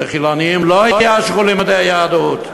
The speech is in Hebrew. ולחילונים לא יאשרו לימודי יהדות.